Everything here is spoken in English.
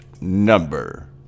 number